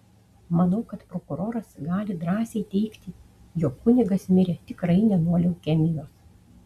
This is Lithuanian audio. manau kad prokuroras gali drąsiai teigti jog kunigas mirė tikrai ne nuo leukemijos